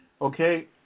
okay